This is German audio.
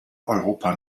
europa